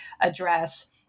address